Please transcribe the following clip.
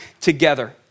together